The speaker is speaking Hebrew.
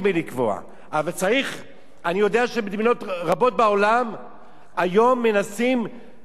אני יודע שמדינות רבות בעולם היום מנסות להתמודד עם הבעיה הזאת,